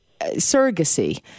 surrogacy